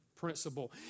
Principle